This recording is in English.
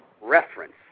reference